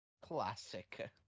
classic